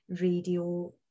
radio